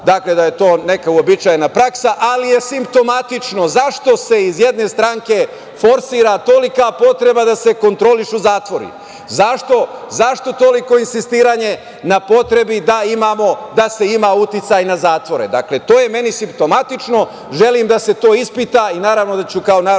dakle, da je to neka uobičajena praksa, ali je simptomatično zašto se iz jedne stranke forsira tolika potreba da se kontrolišu zatvori. Zašto toliko insistiranje na potrebi da se ima uticaj na zatvore? Dakle, to je meni simptomatično, želim da se to ispita i naravno da ću kao narodni